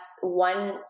one